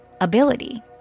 ability